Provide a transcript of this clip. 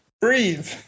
Breathe